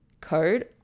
code